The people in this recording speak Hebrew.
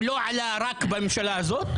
הוא לא עלה רק בממשלה הזאת,